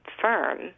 firm